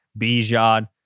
Bijan